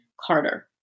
Carter